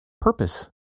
purpose